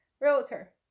realtor